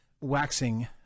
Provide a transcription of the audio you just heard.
waxing